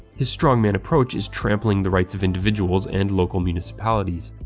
his strongman approach is trampling the rights of individuals and local municipalities.